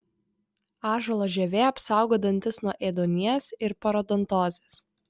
ąžuolo žievė apsaugo dantis nuo ėduonies ir parodontozės